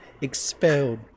expelled